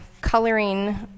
coloring